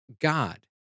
God